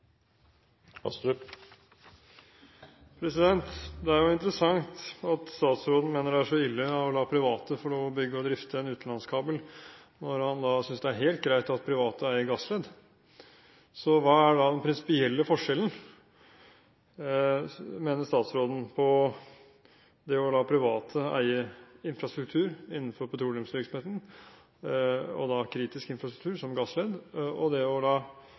er jo interessant at statsråden mener det er så ille å la private få lov til å bygge og drifte en utenlandskabel, når han synes det er helt greit at private eier Gassled. Hva mener statsråden er den prinsipielle forskjellen på det å la private eie kritisk infrastruktur, som Gassled, innenfor petroleumsvirksomheten og det å la private få eie en mellomlandsforbindelse? Hvis dette var et prinsipielt innlegg for å